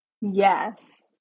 Yes